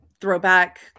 throwback